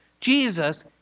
Jesus